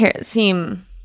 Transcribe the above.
seem